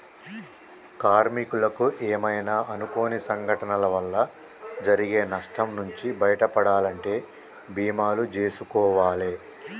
కార్మికులకు ఏమైనా అనుకోని సంఘటనల వల్ల జరిగే నష్టం నుంచి బయటపడాలంటే బీమాలు జేసుకోవాలే